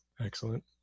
Excellent